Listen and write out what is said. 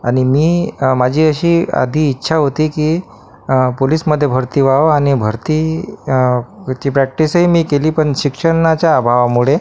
आणि मी माझी अशी आधी इच्छा होती की पुलिसमध्ये भरती व्हावं आणि भरतीची प्रॅक्टिसही मी केली पण शिक्षणाच्या अभावामुळे